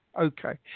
okay